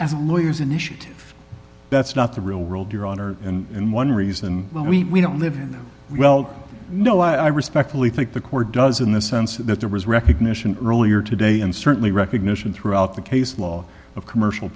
a as lawyers initiative that's not the real world your honor and one reason we don't live in that well no i respectfully think the court does in the sense that there was recognition earlier today and certainly recognition throughout the case law of commercial